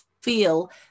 feel